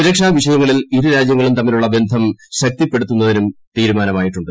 സുരക്ഷാ വിഷയങ്ങളിൽ ഇരു രാജ്യങ്ങളും തമ്മിലുള്ള ബന്ധം ശക്തിപ്പെടുത്തുന്നതിനും തീരുമാനമായിട്ടുണ്ട്